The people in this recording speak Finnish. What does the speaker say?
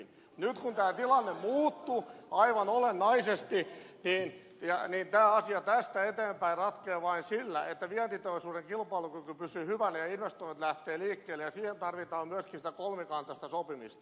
nyt kun tämä tilanne muuttui aivan olennaisesti niin tämä asia tästä eteenpäin ratkeaa vain sillä että vientiteollisuuden kilpailukyky pysyy hyvänä ja investoinnit lähtevät liikkeelle ja siihen tarvitaan myöskin sitä kolmikantaista sopimista